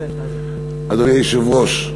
אדוני היושב-ראש,